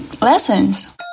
Lessons